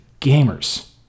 gamers